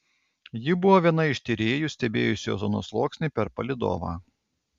ji buvo viena iš tyrėjų stebėjusių ozono sluoksnį per palydovą